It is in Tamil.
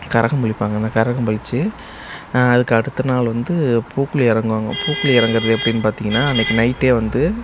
கரகம் பளிப்பாங்க அந்த கரகம் பளிச்சு அதுக்கு அடுத்த நாள் வந்து பூக்குழி இறங்குவாங்க பூக்குழி இறங்கறது எப்படின்னு பார்த்தீங்கன்னா அன்றைக்கி நைட்டே வந்து